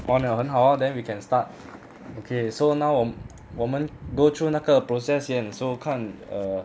on 了很好 lor then we can start okay so now 我我们 go through 那个 process 先 so 看 err